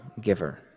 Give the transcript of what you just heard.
giver